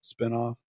spinoff